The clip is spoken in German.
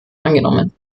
angenommen